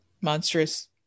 monstrous